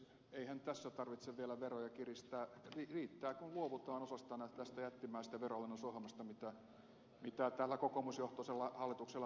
eihän tässä tarvitse vielä veroja kiristää riittää kun luovutaan osasta tästä jättimäisestä veronalennusohjelmasta mitä tämä kokoomusjohtoinen hallitus nyt on tekemässä